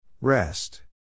Rest